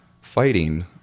fighting